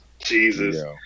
Jesus